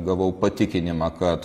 gavau patikinimą kad